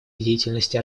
деятельности